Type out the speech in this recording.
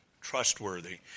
trustworthy